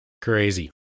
crazy